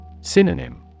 Synonym